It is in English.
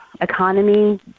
economy